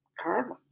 karma